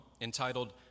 entitled